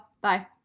Bye